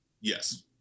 Yes